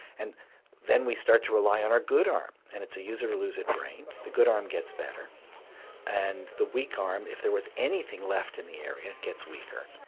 and then we start to rely on our good arm and it's a use it or lose it brain, the good arm gets better and the weak arm, if there was anything left in the area gets weaker.